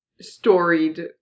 storied